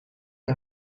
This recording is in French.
une